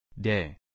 Day